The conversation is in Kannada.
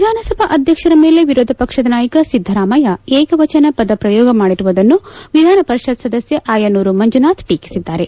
ವಿಧಾನ ಸಭಾಧ್ಯಕ್ಷರ ಮೇಲೆ ವಿರೋಧಪಕ್ಷದ ನಾಯಕ ಸಿದ್ದರಾಮಯ್ನ ಏಕವಚನ ಪದ ಪ್ರಯೋಗ ಮಾಡಿರುವುದನ್ನು ವಿಧಾನ ಪರಿಷತ್ ಸದಸ್ನ ಆಯನೂರು ಮಂಜುನಾಥ್ ಟೀಕಿಸಿದ್ದಾರೆ